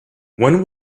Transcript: when